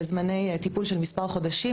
וזמני טיפול של מספר חודשים,